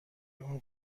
اون